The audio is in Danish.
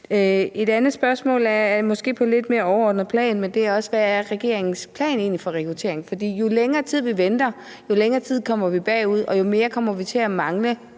Et andet spørgsmål er måske på et lidt mere overordnet plan, men det er, hvad regeringens plan egentlig er for rekruttering, for jo længere tid vi venter, jo længere tid kommer vi bagud, og jo mere kommer vi til at mangle